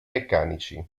meccanici